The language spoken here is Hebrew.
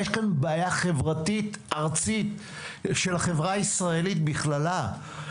יש כאן בעיה חברתית ארצית של החברה הישראלית בכללה.